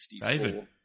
David